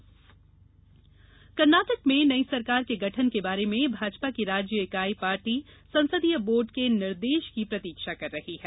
कर्नाटक कर्नाटक में नई सरकार के गठन के बारे में भाजपा की राज्य इकाई पार्टी संसदीय बोर्ड के निर्देश की प्रतीक्षा कर रही है